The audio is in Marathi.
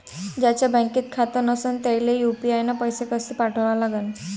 ज्याचं बँकेत खातं नसणं त्याईले यू.पी.आय न पैसे कसे पाठवा लागन?